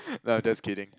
no I'm just kidding